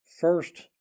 first